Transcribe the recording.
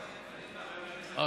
אוקיי,